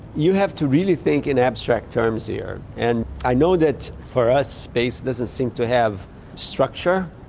you have to really think in abstract terms here. and i know that for us space doesn't seem to have structure,